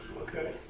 Okay